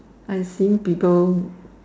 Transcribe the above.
I seen people